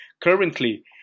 Currently